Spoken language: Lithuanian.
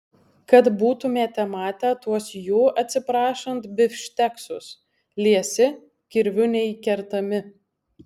kad būtumėte matę tuos jų atsiprašant bifšteksus liesi kirviu neįkertami